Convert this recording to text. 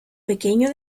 pequeño